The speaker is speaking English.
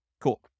Cool